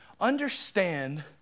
Understand